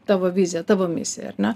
tavo viziją tavo misiją ar ne